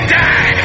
die